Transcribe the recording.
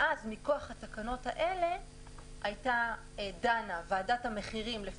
ואז מכוח התקנות האלה ועדת המחירים הייתה דנה,